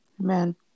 Amen